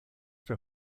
der